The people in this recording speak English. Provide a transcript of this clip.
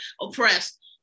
oppressed